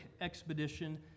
expedition